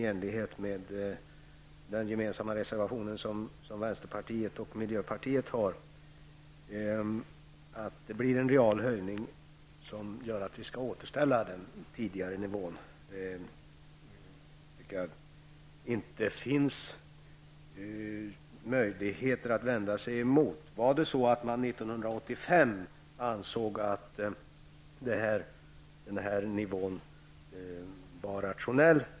Enligt min mening finns det i dag ännu mindre möjligheter att vända sig mot förslaget i vänsterpartiets och miljöpartiets gemensamma reservation, om man 1985 ansåg att nivån var rationell.